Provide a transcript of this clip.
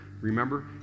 remember